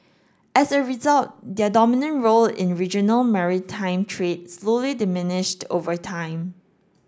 as a result their dominant role in regional maritime trade slowly diminished over time